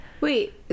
Wait